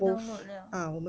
download 了